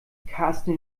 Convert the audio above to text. karsten